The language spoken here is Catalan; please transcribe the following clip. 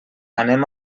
anem